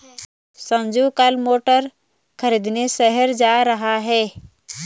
संजू कल मोटर खरीदने शहर जा रहा है